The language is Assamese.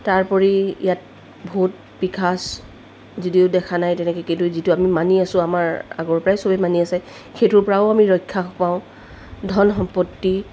তাৰোপৰি ইয়াত ভূত পিশাচ যদিও দেখা নাই তেনেকৈ কিন্তু যিটো আমি মানি আছোঁ আমাৰ আগৰ পৰাই সবে মানি আছে সেইটোৰ পৰাও আমি ৰক্ষা পাওঁ ধন সম্পত্তি